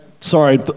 sorry